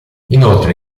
inoltre